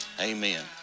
Amen